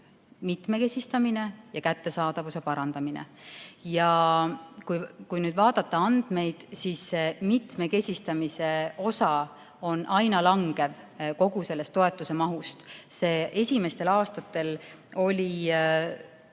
mitmekesistamine ja kättesaadavuse parandamine. Ja kui nüüd vaadata andmeid, siis mitmekesistamise osa on kogu selles toetuse mahus aina vähenenud. Esimestel aastatel läks